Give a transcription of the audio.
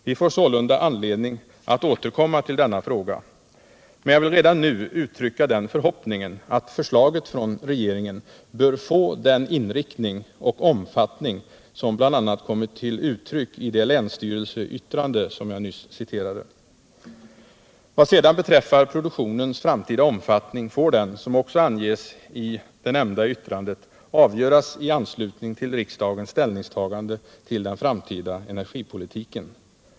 Vi får sålunda anledning att återkomma till denna fråga, men jag vill nu uttrycka den förhoppningen att förslaget från regeringen får den inriktning och omfattning som bl.a. kommit till uttryck i det länsstyrelseyttrande som jag nyss citerade. Vad sedan beträffar produktionens framtida omfattning får den, som också anges i det nämnda yttrandet, avgöras i anslutning till riksdagens ställningstagande till den framtida energipolitiken.